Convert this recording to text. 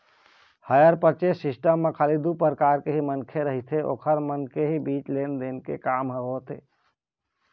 hire purchase system म खाली दू परकार के ही मनखे रहिथे ओखर मन के ही बीच लेन देन के काम ह होथे